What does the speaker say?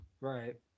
Right